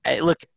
Look